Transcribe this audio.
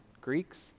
Greeks